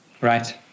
Right